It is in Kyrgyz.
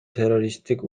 террористтик